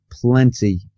plenty